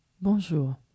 Bonjour